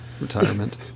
Retirement